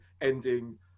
ending